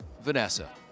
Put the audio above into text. Vanessa